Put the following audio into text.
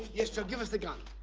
yes, joe, give us the gun.